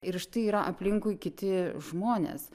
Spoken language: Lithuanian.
ir štai yra aplinkui kiti žmonės